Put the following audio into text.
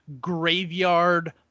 graveyard